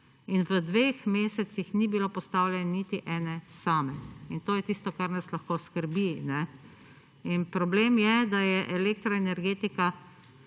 in v dveh mesecih ni bilo postavljene niti ene same in to je tisto, kar nas lahko skrbi. In problem je, da je elektroenergetika